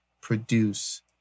produce